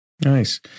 Nice